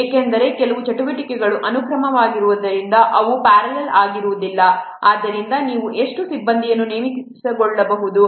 ಏಕೆಂದರೆ ಕೆಲವು ಚಟುವಟಿಕೆಗಳು ಅನುಕ್ರಮವಾಗಿರುವುದರಿಂದ ಅವು ಪ್ಯಾರಲಲ್ ಆಗಿರುವುದಿಲ್ಲ ಆದ್ದರಿಂದ ನೀವು ಎಷ್ಟು ಸಿಬ್ಬಂದಿಯನ್ನು ನೇಮಿಸಿಕೊಳ್ಳಬಹುದು